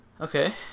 Okay